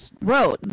wrote